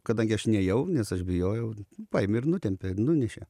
kadangi aš nėjau nes aš bijojau paėmė ir nutempė nunešė